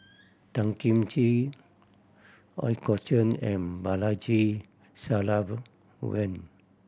Tan Kim Ching Ooi Kok Chuen and Balaji Sadasivan